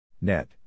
Net